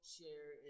share